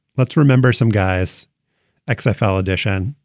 let's remember some guys like xfl edition.